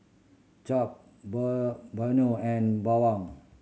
Chap and Bawang